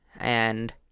and-